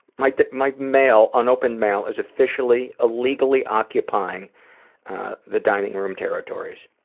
my my mail, unopened mail, is officially illegally occupying the dining room territories.